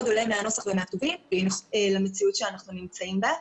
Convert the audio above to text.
עולה מהנוסח ומהכתובים למציאות שאנחנו נמצאים בה.